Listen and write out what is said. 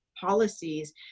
policies